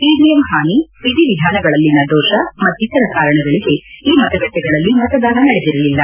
EVM ಹಾನಿ ವಿಧಿವಿಧಾನಗಳಲ್ಲಿನ ದೋಷ ಮತ್ತಿತರ ಕಾರಣಗಳಗೆ ಈ ಮತಗಟ್ಟಿಗಳಲ್ಲಿ ಮತದಾನ ನಡೆದಿರಲಿಲ್ಲ